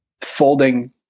folding